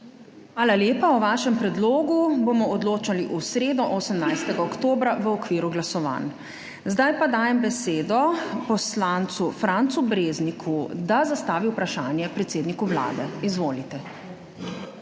Hvala lepa. O vašem predlogu bomo odločali v sredo, 18. oktobra, v okviru glasovanj. Zdaj pa dajem besedo poslancu Francu Brezniku, da zastavi vprašanje predsedniku Vlade. Izvolite.